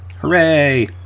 Hooray